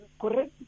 correct